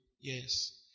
Yes